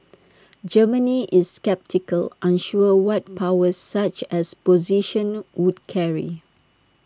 Germany is sceptical unsure what powers such A position would carry